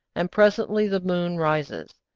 and presently the moon rises.